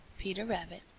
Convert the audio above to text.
peter rabbit.